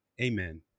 Amen